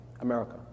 America